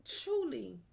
truly